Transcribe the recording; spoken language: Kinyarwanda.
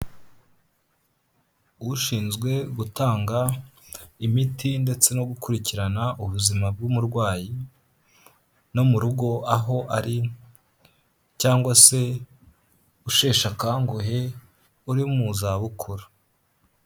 Ushinzwe gutanga imiti ndetse no gukurikirana ubuzima bw'umurwayi, no mu rugo aho ari cyangwa se usheshe akanguhe uri mu zabukuru.